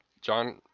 John